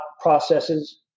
processes